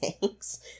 Thanks